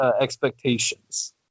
expectations